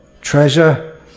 treasure